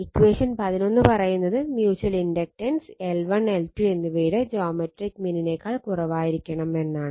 equation 11 പറയുന്നത് mutual inductance L1 L2 എന്നിവയുടെ geometrical മീനിനേക്കാൾ കുറവായിരിക്കണം എന്നാണ്